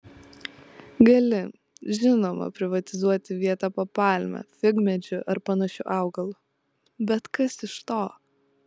gali žinoma privatizuoti vietą po palme figmedžiu ar panašiu augalu bet kas iš to